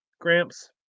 Gramps